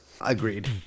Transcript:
agreed